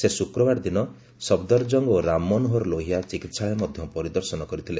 ସେ ଶୁକ୍ରବାର ଦିନ ସବ୍ପରଜଙ୍ଗ ଓ ରାମମନୋହର ଲୋହିଆ ଚିକିତ୍ସାଳୟ ମଧ୍ୟ ପରିଦର୍ଶନ କରିଥିଲେ